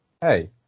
hey